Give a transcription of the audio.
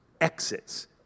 exits